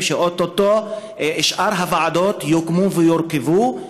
שאו-טו-טו שאר הוועדות יוקמו ויורכבו,